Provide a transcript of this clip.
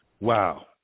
Wow